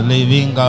Living